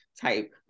type